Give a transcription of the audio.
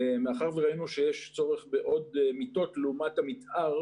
מאחר וראינו שיש צורך בעוד מיטות לעומת המתאר